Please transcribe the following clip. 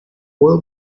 برو